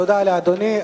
תודה לאדוני.